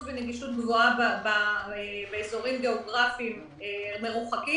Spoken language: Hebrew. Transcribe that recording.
ונגישות גבוהה באזורים גיאוגרפיים מרוחקים,